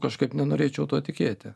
kažkaip nenorėčiau tuo tikėti